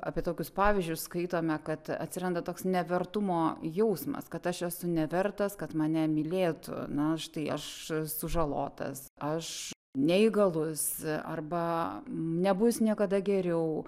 apie tokius pavyzdžius skaitome kad atsiranda toks nevertumo jausmas kad aš esu nevertas kad mane mylėtų na štai aš sužalotas aš neįgalus arba nebus niekada geriau